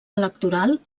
electoral